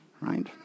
Right